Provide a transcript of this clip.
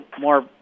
more